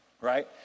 right